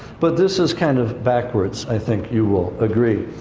but this is kind of backwards, i think you will agree.